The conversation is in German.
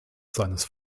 seines